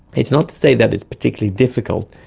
it's not to say that it's particularly difficult,